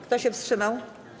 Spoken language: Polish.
Kto się wstrzymał?